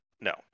no